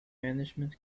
management